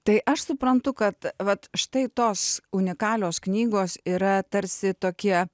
tai aš suprantu kad vat štai tos unikalios knygos yra tarsi tokie